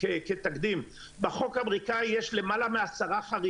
בעניין הזה צריך לתת את הדעת להרבה מאוד עסקים